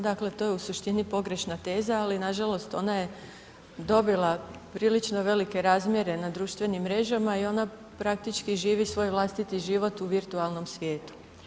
Dakle to je u suštini pogrešna teza ali nažalost ona je dobila prilično velike razmjere na društvenim mrežama i ona praktički živi svoj vlastiti život u virtualnom tezu.